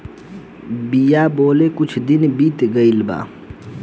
बिया बोवले कुछ दिन बीत गइल बा